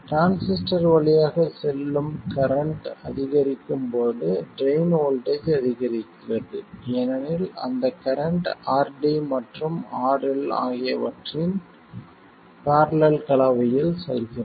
transistor வழியாக செல்லும் current அதிகரிக்கும் போது ட்ரைன் வோல்ட்டேஜ் அதிகரிக்கிறது ஏனெனில் அந்த கரண்ட் RD மற்றும் RL ஆகியவற்றின் பேரலல் கலவையில் செல்கிறது